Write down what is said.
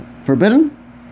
Forbidden